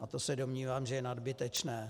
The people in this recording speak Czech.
A to se domnívám, že je nadbytečné.